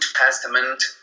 Testament